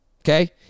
Okay